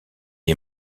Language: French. est